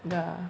ya